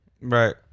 Right